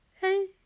hey